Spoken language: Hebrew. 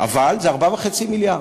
אבל זה 4.5 מיליארד.